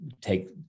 take